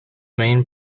main